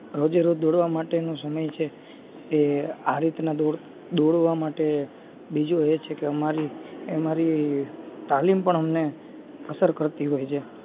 રોજેરોજ દોડવાનો માટેનો સમય છે એ આ રીતના દોડ દોડવા માટે બીજું એ છે કે અમારી અમારી તાલીમ પણ અમને અસર કરતી હોય છે